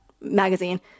magazine